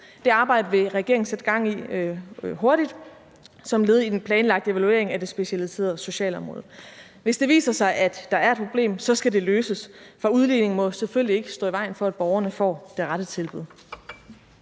Det arbejde vil regeringen sætte gang i hurtigt som led i den planlagte evaluering af det specialiserede socialområde. Hvis det viser sig, at der er et problem, skal det løses, for udligningen må selvfølgelig ikke stå i vejen for, at borgerne får det rette tilbud.